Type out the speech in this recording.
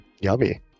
Yummy